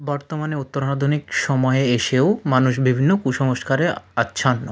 বর্তমানে উত্তরাধুনিক সময়ে এসেও মানুষ বিভিন্ন কুসংস্কারে আচ্ছন্ন